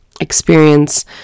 experience